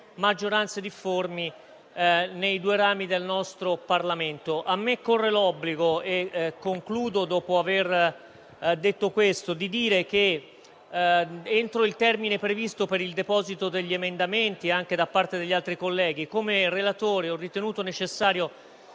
maggioranze difformi nei due rami del nostro Parlamento. A me corre l'obbligo anche di dire che, entro il termine previsto per il deposito degli emendamenti anche da parte degli altri colleghi, come relatore ho ritenuto necessario